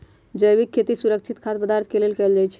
जैविक खेती सुरक्षित खाद्य पदार्थ के लेल कएल जाई छई